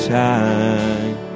time